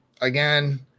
again